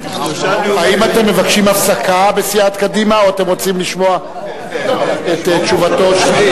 האם אתם מבקשים הפסקה בסיעת קדימה או שאתם רוצים לשמוע את תשובתו של,